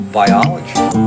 biology